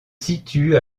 situe